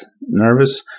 nervous